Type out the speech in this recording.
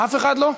אף אחד לא?